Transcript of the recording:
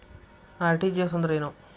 RTGS ಅಂದ್ರೇನು?